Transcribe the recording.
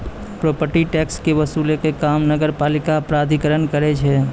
property tax के वसूलै के काम नगरपालिका प्राधिकरण करै छै